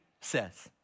says